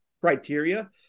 criteria